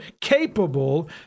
capable